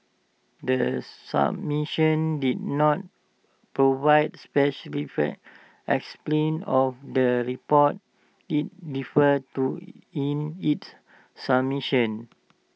the submission did not provide explain of the reports IT referred to in its submission